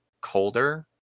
colder